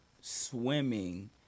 swimming